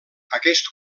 aquest